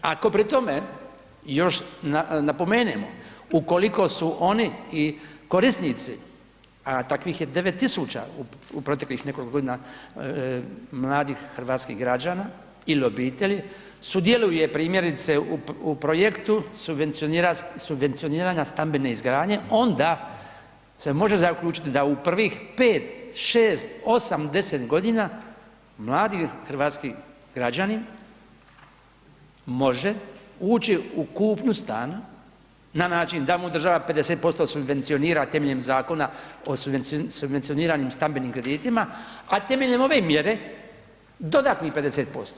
Ako pri tome još napomenemo ukoliko su oni i korisnici a takvih je 9 tisuća u proteklih nekoliko godina mladih hrvatskih građana ili obitelji sudjeluje primjerice u projektu subvencioniranja stambene izgradnje onda se može zaključiti da u prvih 5, 6, 8, 10 godina mladi hrvatski građani može ući u kupnju stana na način da mu država 50% subvencionira temeljem Zakona o subvencioniranim stambenim kreditima a temeljem ove mjere dodatnih 50%